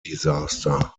disaster